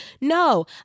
No